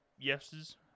yeses